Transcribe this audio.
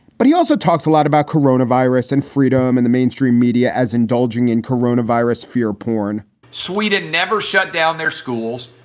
but he also talks a lot about corona virus and freedom in the mainstream media as indulging in corona virus fear porn sweden never shut down their schools.